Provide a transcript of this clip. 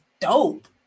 dope